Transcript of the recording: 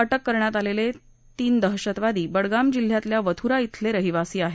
अटक करण्यात आलेले तीनही दहशतवादी बडगाम जिल्ह्यातल्या वथूरा िले रहिवासी आहेत